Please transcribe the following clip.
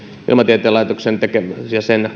ilmatieteen laitoksella ja sen